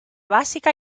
básica